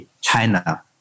China